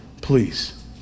Please